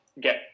get